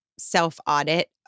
self-audit